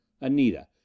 Anita